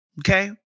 Okay